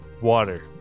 Water